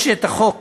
יש חוק